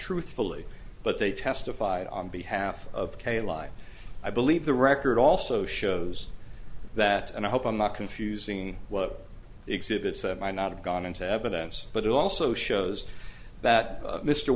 truthfully but they testified on behalf of kailai i believe the record also shows that and i hope i'm not confusing what exhibits that might not have gone into evidence but it also shows that